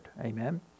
Amen